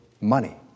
money